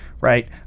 right